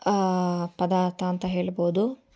ಪದಾರ್ಥ ಅಂತ ಹೇಳ್ಬೌದು